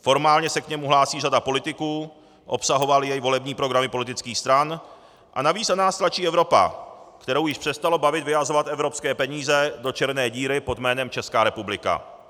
Formálně se k němu hlásí řada politiků, obsahovaly jej volební programy politických stran a navíc na nás tlačí Evropa, kterou již přestalo bavit vyhazovat evropské peníze do černé díry pod jménem Česká republika.